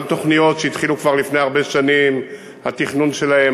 גם תוכניות שהתחילו כבר לפני הרבה שנים את התכנון שלהן,